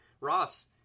Ross